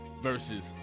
versus